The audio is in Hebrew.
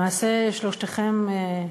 למעשה שלושתכם,